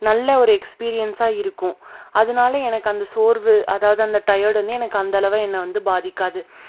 நல்ல ஒரு எக்ஸ்பீரியன்ஸாக இருக்கும் அதனால எனக்கு அந்த ஒரு சோர்வு அதாவது அந்த டயர்டுன்னே எனக்கு அந்தளவு என்னை வந்து பாதிக்காது